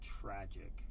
tragic